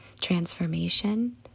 transformation